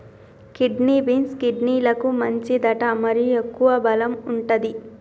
kidney beans, కిడ్నీలకు మంచిదట మరియు ఎక్కువ బలం వుంటది